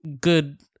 good